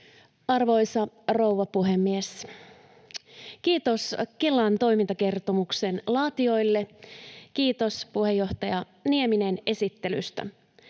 Arvoisa rouva puhemies! Kiitos Kelan toimintakertomuksen laatijoille, kiitos, puheenjohtaja Nieminen, esittelystä.